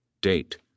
Date